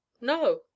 No